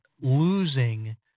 losing